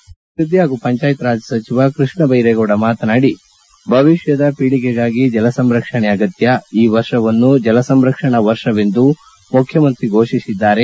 ಗ್ರಾಮೀಣಾಭಿವೃದ್ಧಿ ಹಾಗೂ ಪಂಜಾಯತ್ ರಾಜ್ ಸಚಿವ ಕೃಷ್ಣ ಬೈರೇಗೌಡ ಮಾತನಾಡಿ ಭವಿಷ್ಯದ ಪೀಳಿಗೆಗಾಗಿ ಜಲಸಂರಕ್ಷಣೆ ಅಗತ್ಯ ಈ ವರ್ಷವನ್ನು ಜಲ ಸಂರಕ್ಷಣಾ ವರ್ಷವೆಂದು ಮುಖ್ಯಮಂತ್ರಿ ಘೋಷಿಸಿದ್ದಾರೆ